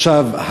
עכשיו,